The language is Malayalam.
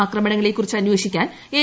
ആക്രമണങ്ങളെക്കുറിച്ച് അന്വേഷിക്കാൻ എൻ